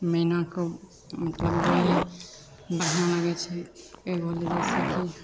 मैनाके मतलब बोली बढ़िआँ लागे छै एगो होलै जइसेकि